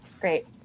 Great